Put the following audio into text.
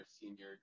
senior